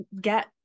get